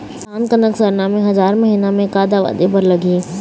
धान कनक सरना मे हजार महीना मे का दवा दे बर लगही?